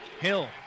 Hill